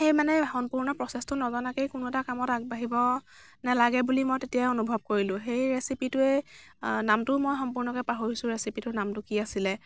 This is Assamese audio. সেই মানে সম্পূৰ্ণ প্ৰচেচটো নজনাকেই কোনো এটা কামত আগবাঢ়িব নেলাগে বুলি মই তেতিয়াই অনুভৱ কৰিলোঁ সেই ৰেচিপিটোৱেই নামটো মই সম্পূৰ্ণকৈ পাহৰিছোঁ ৰেচিপিটোৰ নামটো কি আছিলে